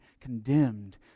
condemned